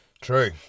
True